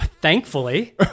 Thankfully